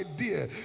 idea